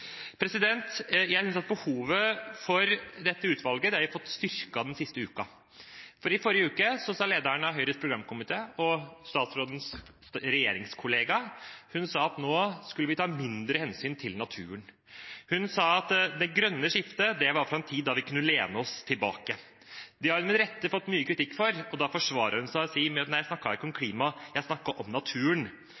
Jeg synes at behovet for dette utvalget har blitt styrket den siste uken, for i forrige uke sa lederen av Høyres programkomité og statsrådens regjeringskollega at nå skulle vi ta mindre hensyn til naturen. Hun sa at det grønne skiftet var fra en tid da vi kunne lene oss tilbake. Det har hun med rette fått mye kritikk for, og da forsvarer hun seg med å si at hun ikke snakket om